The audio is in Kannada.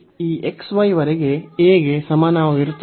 ಈ xy ವರೆಗೆ a ಗೆ ಸಮಾನವಾಗಿರುತ್ತದೆ